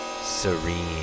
Serene